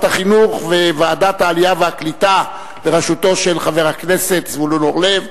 החינוך וועדת העלייה והקליטה בראשותו של חבר הכנסת זבולון אורלב,